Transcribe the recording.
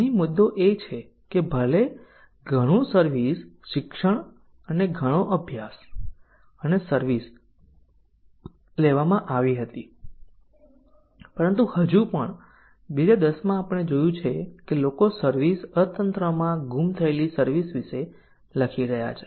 અહી મુદ્દો એ છે કે ભલે ઘણું સર્વિસ શિક્ષણ અને ઘણો અભ્યાસ અને સર્વિસ લેવામાં આવી હતી પરંતુ હજુ પણ 2010 માં આપણે જોયું કે લોકો સર્વિસ અર્થતંત્રમાં ગુમ થયેલી સર્વિસ વિશે લખી રહ્યા છે